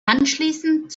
anschließend